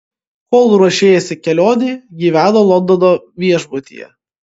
kol ruošėsi kelionei gyveno londono viešbutyje